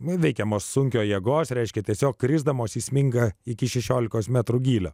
veikiamos sunkio jėgos reiškia tiesiog krisdamos įsminga iki šešiolikos metrų gylio